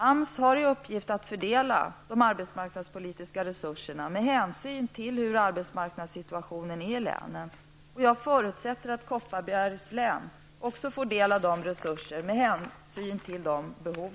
AMS har i uppgift att fördela de arbetsmarknadspolitiska resurserna med hänsyn till arbetsmarknadssituationen i länen. Jag förutsätter att Kopparbergs län också får del av dessa resurser med hänsyn till uppkomna behov.